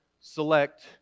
select